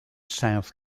south